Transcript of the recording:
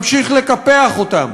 ממשיך לקפח אותם.